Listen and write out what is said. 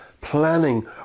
planning